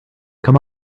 come